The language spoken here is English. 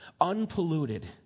Unpolluted